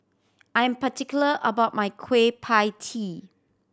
I am particular about my Kueh Pie Tee